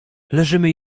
leżymy